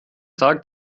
tag